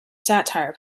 satire